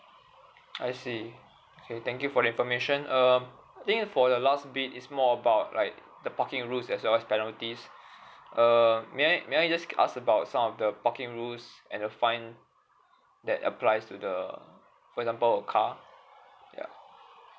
I see okay thank you for the information um I think for the last bit is more about like the parking rules as well as penalties err may I may I just ask about some of the parking rules and the fine that applies to for example a car ya